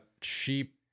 sheep